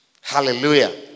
Hallelujah